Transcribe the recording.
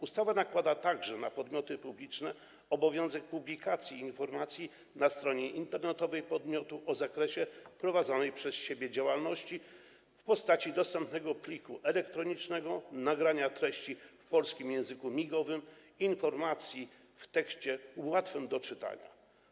Ustawa nakłada także na podmioty publiczne obowiązek publikacji na stronie internetowej podmiotu informacji o zakresie prowadzonej przez siebie działalności w postaci dostępnego pliku elektronicznego, nagrania treści w polskim języku migowym, informacji w tekście łatwym do czytania.